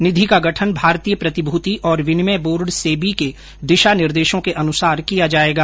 निधि का गठन भारतीय प्रतिमूति और विनिमय बोर्ड सेबी के दिशा निर्देशों के अनुसार किया जायेगा